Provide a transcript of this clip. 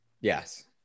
Yes